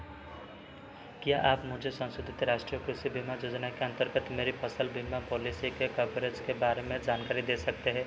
क्या आप मुझे संशोधित राष्ट्रीय कृषि बीमा योजना के अन्तर्गत मेरी फ़सल बीमा पॉलिसी के कवरेज के बारे में जानकारी दे सकते हैं